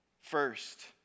first